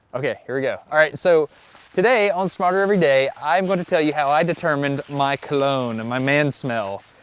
ok, here we go. alright so today on smarter every day i am gonna tell you how i determined my cologne, and my man smell.